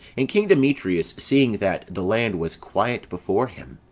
and king demetrius, seeing that the land was quiet before him,